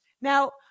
Now